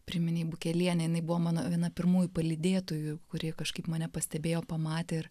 priminei bukelienę jinai buvo mano viena pirmųjų palydėtojų kurie kažkaip mane pastebėjo pamatė ir